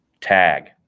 tag